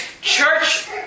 church